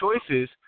choices